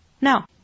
Now